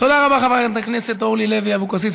תודה רבה, חברת הכנסת אורלי לוי אבקסיס.